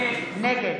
נגד